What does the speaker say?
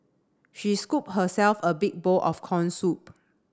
she scooped herself a big bowl of corn soup